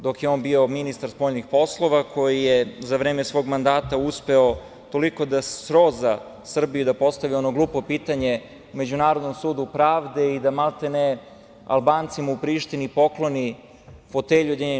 Dok je on bio ministar spoljnih poslova, za vreme svog mandata uspeo je toliko da sroza Srbiju i da postavi ono glupo pitanje Međunarodnom sudu pravde i da, maltene, Albancima u Prištini pokloni fotelju u UN.